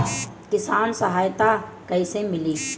किसान सहायता कईसे मिली?